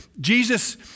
Jesus